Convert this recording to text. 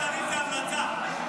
זהו, מספיק.